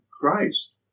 Christ